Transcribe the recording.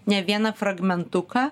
ne vieną fragmentuką